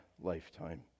lifetime